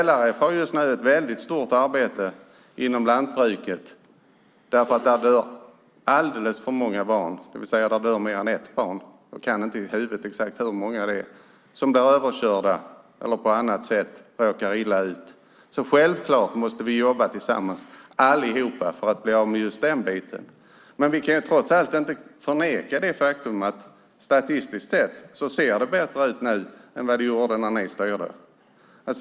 LRF gör just nu ett väldigt stort arbete inom lantbruket, därför att där dör alldeles för många barn - jag kan inte i huvudet exakt hur många det är - som blir överkörda eller på annat sätt råkar illa ut. Självklart måste vi jobba tillsammans allihop för att bli av med just den biten. Men vi kan trots allt inte förneka det faktum att statistiskt sett ser det bättre ut nu än vad det gjorde när ni styrde.